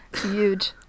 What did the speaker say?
Huge